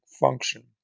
function